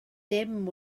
dim